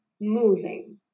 moving